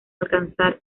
alcanzar